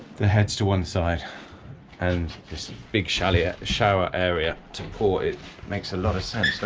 the heads to one side and this is big shower ah shower area to port, it makes a lot of sense,